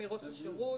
השירות.